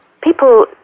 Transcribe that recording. People